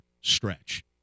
stretch